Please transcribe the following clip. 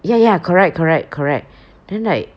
ya ya correct correct correct then like